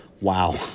wow